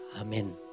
Amen